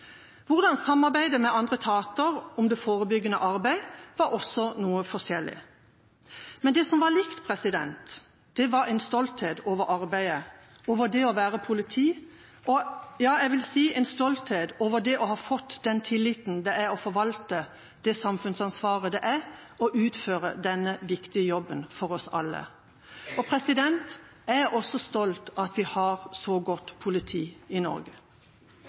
Hvordan man samarbeidet med andre etater om det forebyggende arbeidet, var også noe forskjellig. Men det som var likt, var en stolthet over arbeidet, over det å være politi og ja, jeg vil si en stolthet over det å ha fått den tilliten det er å forvalte det samfunnsansvaret det er å utføre denne viktige jobben for oss alle. Jeg er også stolt over at vi har et så godt politi i Norge.